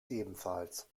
ebenfalls